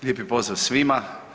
Lijepi pozdrav svima.